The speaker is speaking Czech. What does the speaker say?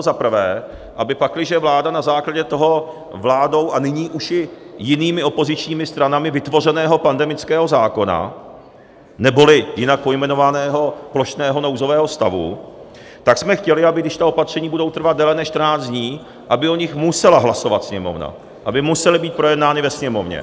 Za prvé, pakliže vláda na základě toho vládou a nyní už i jinými opozičními stranami vytvořeného pandemického zákona neboli jinak pojmenovaného plošného nouzového stavu, tak jsme chtěli, aby když ta opatření budou trvat déle než čtrnáct dní, o nich musela hlasovat Sněmovna, aby musela být projednána ve Sněmovně.